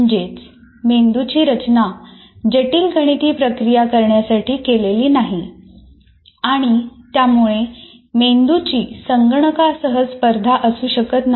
म्हणजेच मेंदूची रचना जटिल गणिती प्रक्रिया करण्यासाठी केलेली नाही आणि त्यामुळे मेंदूची संगणकासह स्पर्धा असू शकत नाही